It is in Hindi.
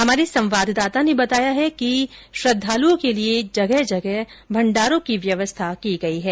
हमारे संवाददाता ने बताया कि श्रद्वालुओं के लिये जगह जगह भण्डारों की व्यवस्था की गई है